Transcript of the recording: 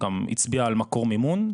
גם הצביעה על מקור מימון,